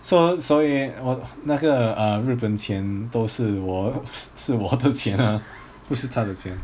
so 所以我那个 uh 日本钱都是我是我的钱啊不是她的钱